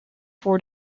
voor